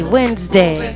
Wednesday